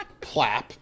Plap